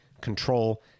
control